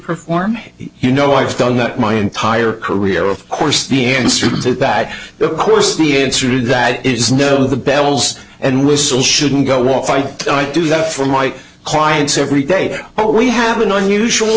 performed you know i've done that my entire career of course the answer to that of course the answer to that is no the bells and whistles shouldn't go off i think i do that for my clients every day but we have an unusual